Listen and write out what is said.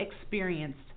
experienced